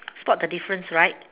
spot the difference right